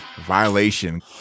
violation